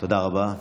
תודה רבה.